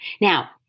Now